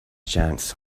chance